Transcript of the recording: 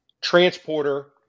transporter